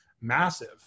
massive